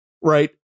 right